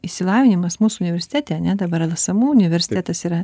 išsilavinimas mūsų universitete ane dabar lsmu universitetas yra